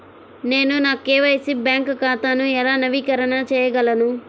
నేను నా KYC bank ఖాతాను ఎలా నవీకరణ చేయగలను?